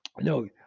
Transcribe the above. no